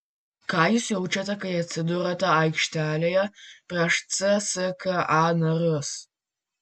ką jūs jaučiate kai atsiduriate aikštelėje prieš cska narius